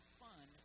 fun